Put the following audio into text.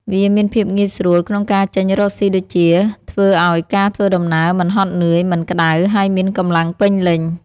វាមានភាពងាយស្រួលក្នុងការចេញរកសុីដូចជា ធ្វើឱ្យការធ្វើដំណើរមិនហត់នឿយ មិនក្តៅ ហើយមានកម្លាំងពេញលេញ។